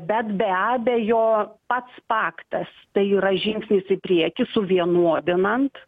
bet be abejo pats paktas tai yra žingsnis į priekį suvienodinant